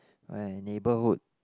my neighbor would